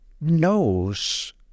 knows